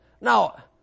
Now